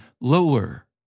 lower